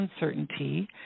uncertainty